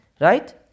right